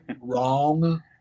wrong